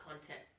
content